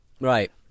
Right